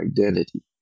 identity